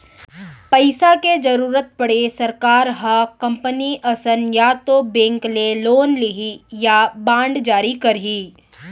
पइसा के जरुरत पड़े सरकार ह कंपनी असन या तो बेंक ले लोन लिही या बांड जारी करही